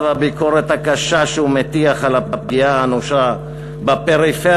והביקורת הקשה שהוא מטיח על הפגיעה האנושה בפריפריה,